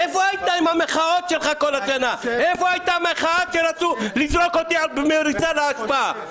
איפה הייתה המחאה כשרצו לזרוק אותי במריצה לאשפה?